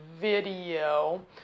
video